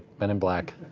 men in black.